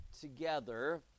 together